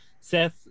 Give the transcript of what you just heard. Seth